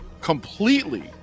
completely